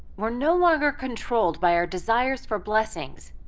we're no longer controlled by our desires for blessings.